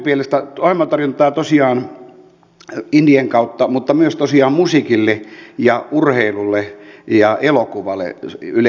monipuolista ohjelmatarjontaa tosiaan indien kautta mutta myös tosiaan musiikille urheilulle ja elokuvalle yle on tärkeä